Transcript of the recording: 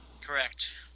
Correct